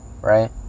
right